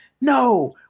No